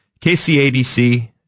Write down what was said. KCADC